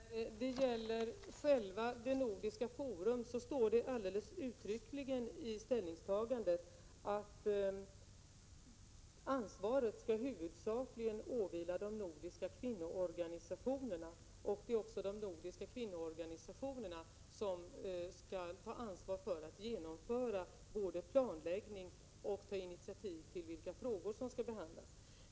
Prot. 1987/88:27 Fru talman! När det gäller nordiskt Forum står det uttryckligen i 19 november 1987 ställningstagandet att ansvaret huvudsakligen skall åvila de nordiska kvin För ”: Pra Om regeringsinitiativ noorganisationerna. Det är också de nordiska kvinnoorganisationerna som =... SEI er = MÖR TNA inför ett planerat norskall ta ansvar för att både genomföra planläggning och ta initiativ till de iz å diskt kvinnoforum frågor som skall behandlas.